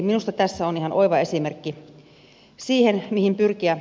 minusta tässä on ihan oiva esimerkki siitä mihin pyrkiä